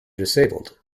disabled